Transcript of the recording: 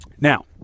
Now